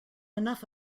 enough